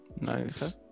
Nice